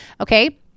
okay